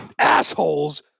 assholes